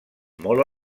molt